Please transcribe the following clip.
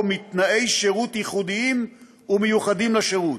מתנאי שירות ייחודיים ומיוחדים לשירות.